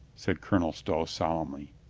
said colonel stow solemnly.